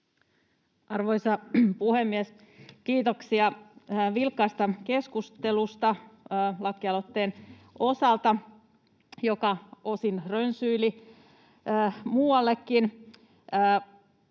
Arvoisa puhemies! Kiitoksia vilkkaasta keskustelusta lakialoitteen osalta, joka osin rönsyili muuallekin.